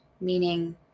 meaning